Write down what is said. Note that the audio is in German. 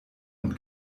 und